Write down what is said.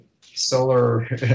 solar